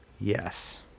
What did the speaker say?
yes